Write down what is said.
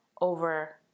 over-